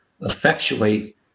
effectuate